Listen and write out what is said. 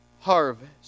harvest